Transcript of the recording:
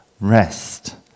rest